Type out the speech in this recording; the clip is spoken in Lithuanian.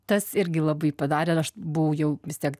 tas irgi labai padarė aš buvau jau vis tiek